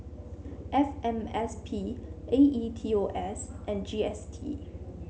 F M S P A E T O S and G S T